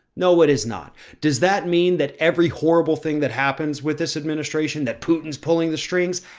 no, it is not. does that mean that every horrible thing that happens with this administration that putin is pulling the strings?